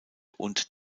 und